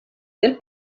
del